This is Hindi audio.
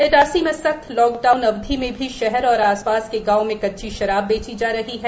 इटारसी में सख्त लॉकडाउन अवधि में भी शहर एवं आसपास के गांवों में कच्ची शराब बेची जा रही है